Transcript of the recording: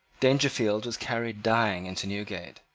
dangerfield was carried dying into newgate.